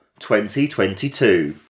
2022